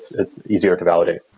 it's easier to validate.